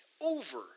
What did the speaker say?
over